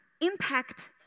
impact